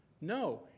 No